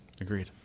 Agreed